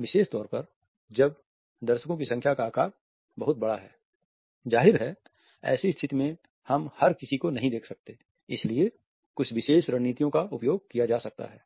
विशेष तौर पर जब दर्शकों की संख्या का आकार बहुत बड़ा है जाहिर है ऐसी स्थिति में हम हर किसी को नहीं देख सकते हैं इसलिए कुछ विशेष रणनीतियों का उपयोग किया जा सकता है